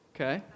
Okay